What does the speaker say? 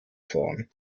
fahren